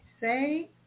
say